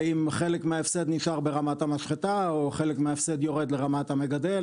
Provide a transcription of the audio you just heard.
אם חלק מההפסד נשאר ברמת המשחטה או שחלק מההפסד יורד לרמת המגדל